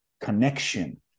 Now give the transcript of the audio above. connection